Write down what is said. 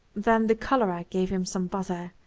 then the cholera gave him some bother,